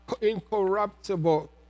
incorruptible